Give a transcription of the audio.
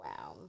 wow